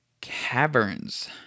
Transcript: Caverns